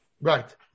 Right